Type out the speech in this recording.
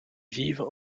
vivent